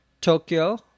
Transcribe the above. Tokyo